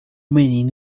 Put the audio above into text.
menino